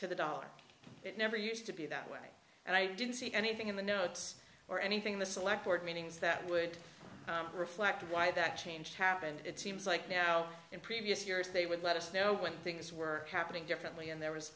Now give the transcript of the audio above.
to the dollar it never used to be that way and i didn't see anything in the notes or anything the select board meetings that would reflect why that change happened it seems like now in previous years they would let us know when things were happening differently and there was